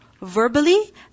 Verbally